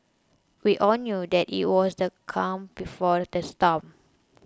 we all knew that it was the calm before the storm